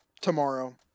Tomorrow